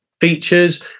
features